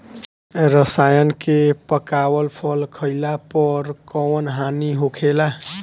रसायन से पकावल फल खइला पर कौन हानि होखेला?